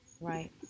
right